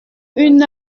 une